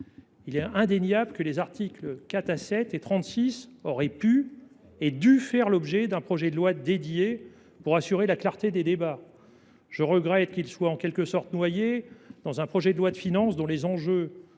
la méthode, les articles 4 à 7 et 36 auraient pu et dû faire l’objet d’un projet de loi dédié pour assurer la clarté des débats. Je regrette qu’ils soient noyés dans un projet de loi de finances dont les enjeux